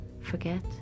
Forget